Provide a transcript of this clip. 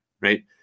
Right